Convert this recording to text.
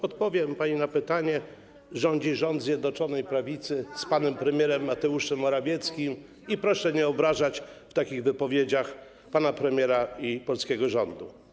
Odpowiem na pani pytanie: rządzi rząd Zjednoczonej Prawicy z panem premierem Mateuszem Morawieckim i proszę nie obrażać w takich wypowiedziach pana premiera i polskiego rządu.